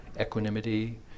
equanimity